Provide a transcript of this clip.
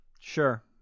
Sure